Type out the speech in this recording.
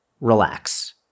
relax